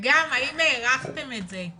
וגם האם הארכתם את זה?